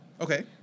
Okay